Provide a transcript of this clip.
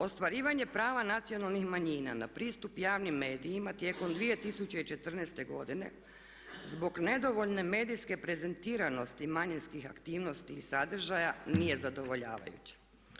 Ostvarivanje prava nacionalnih manjina na pristup javnim medijima tijekom 2014. zbog nedovoljne medijske prezentiranosti manjinskih aktivnosti i sadrža nije zadovoljavajući.